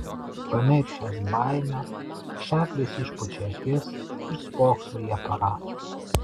pamiršęs baimę čarlis išpučia akis ir spokso į aparatą